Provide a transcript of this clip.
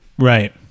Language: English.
Right